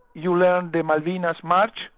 you learned the malvinas march,